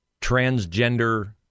transgender